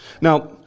Now